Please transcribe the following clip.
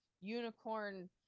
unicorn